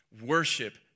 worship